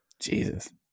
Jesus